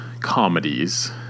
comedies